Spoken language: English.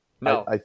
No